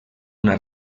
una